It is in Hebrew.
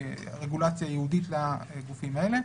ברגולציה ייעודית לגופים האלה.